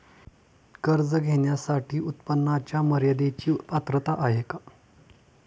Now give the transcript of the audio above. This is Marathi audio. कर्ज घेण्यासाठी उत्पन्नाच्या मर्यदेची पात्रता आहे का?